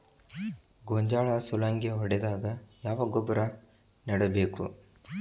ಗೋಂಜಾಳ ಸುಲಂಗೇ ಹೊಡೆದಾಗ ಯಾವ ಗೊಬ್ಬರ ನೇಡಬೇಕು?